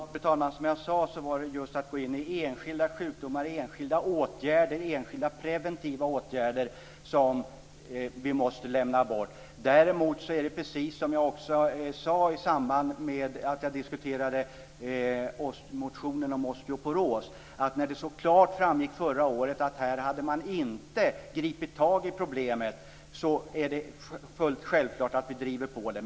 Fru talman! Det jag sade handlade just om att gå in i enskilda sjukdomar, enskilda åtgärder och enskilda preventiva åtgärder. Det måste vi lämna bort. Däremot är det alldeles självklart att vi driver på när man, som så klart framgick förra året, inte har gripit tag i problemet, precis som jag också sade i samband med att jag diskuterade motionen om osteoporos.